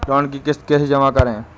Loan की किश्त कैसे जमा करें?